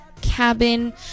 cabin